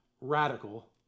radical